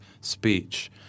speech